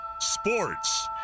Sports